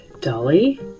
Dolly